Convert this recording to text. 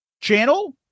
channel